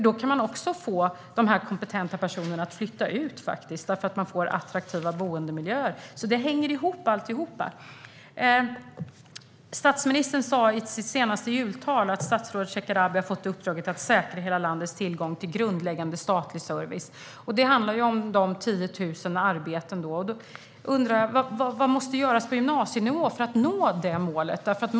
Då kan man nämligen få de kompetenta personerna att flytta ut, eftersom de får attraktiva boendemiljöer. Alltihop hänger alltså ihop. Statsministern sa i sitt senaste jultal att statsrådet Shekarabi har fått i uppdrag att säkra hela landets tillgång till grundläggande statlig service. Det handlar om 10 000 arbeten. Då undrar jag: Vad måste göras på gymnasienivå för att vi ska nå det målet?